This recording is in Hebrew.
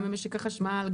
גם במשק החשמל,